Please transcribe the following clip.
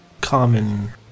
common